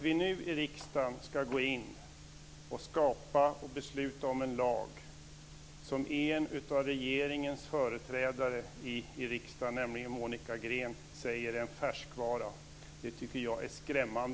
Vi ska nu skapa en lag som en av regeringens företrädare i riksdagen, nämligen Monica Green, säger är en färskvara. Det är skrämmande.